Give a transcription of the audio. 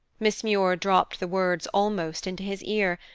miss muir dropped the words almost into his ear,